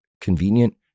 convenient